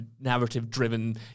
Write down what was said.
narrative-driven